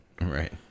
right